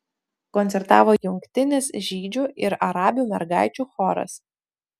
koncertavo jungtinis žydžių ir arabių mergaičių choras